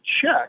check